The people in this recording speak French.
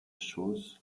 choses